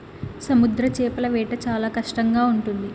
సముద్ర చేపల వేట చాలా కష్టంగా ఉంటుంది